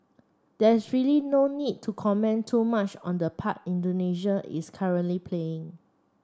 there is really no need to comment too much on the part Indonesia is currently playing